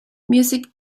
music